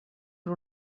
per